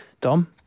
Dom